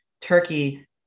Turkey